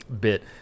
bit